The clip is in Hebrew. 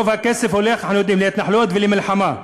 רוב הכסף הולך, אנחנו יודעים, להתנחלויות ולמלחמה.